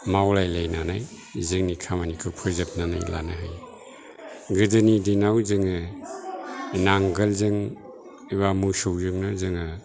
मावलायलायनानै जोंनि खामानिखौ फोजोबनानै लानो हायो गोदोनि दिनाव जोङो नांगोलजों एबा मोसौजोंनो जोङो